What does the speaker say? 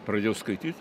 pradėjau skaityt